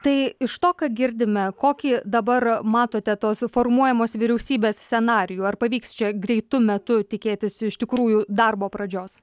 tai iš to ką girdime kokį dabar matote tos formuojamos vyriausybės scenarijų ar pavyks čia greitu metu tikėtis iš tikrųjų darbo pradžios